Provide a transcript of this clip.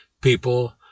people